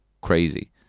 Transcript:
crazy